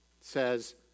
says